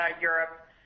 Europe